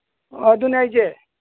ꯑꯣ ꯑꯗꯨꯅꯦ ꯍꯥꯏꯁꯦ